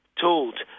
told